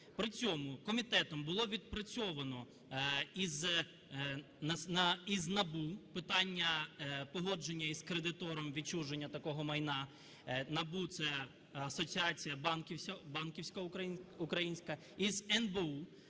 При цьому комітетом було відпрацьовано із НАБУ питання погодження із кредитором відчуження такого майна. НАБУ... це Асоціація банківська українська, і з НБУ.